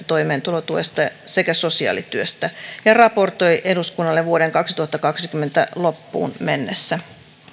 toimeentulotuesta sekä sosiaalityöstä ja raportoi eduskunnalle vuoden kaksituhattakaksikymmentä loppuun mennessä